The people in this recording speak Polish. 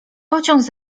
pociąg